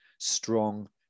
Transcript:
strong